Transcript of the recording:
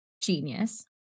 genius